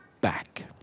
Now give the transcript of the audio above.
back